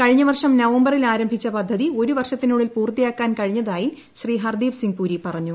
കുഴിഞ്ഞ വർഷം നവംബറിൽ ആരംഭിച്ച പദ്ധതി ഒരു വർഷ്ടത്തീനുള്ളിൽ പൂർത്തിയാക്കാൻ കഴിഞ്ഞതായി ശ്രീ ഹർദീപ്പ് സീംഗ് ്പുരി പറഞ്ഞു